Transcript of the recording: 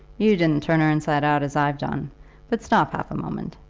you didn't turn her inside out as i've done but stop half a moment.